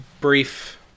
brief